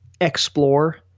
Explore